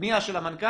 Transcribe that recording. פניה של המנכ"ל,